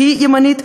הכי ימנית,